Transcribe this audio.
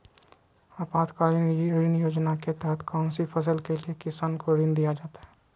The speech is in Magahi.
आपातकालीन ऋण योजना के तहत कौन सी फसल के लिए किसान को ऋण दीया जाता है?